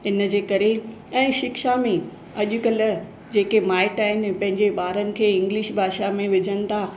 हिनजे करे काई शिक्षा में अॼुकल्ह जेके माइटि आहिनि पंहिंजे ॿारनि खे इंग्लिश भाषा में विझनि था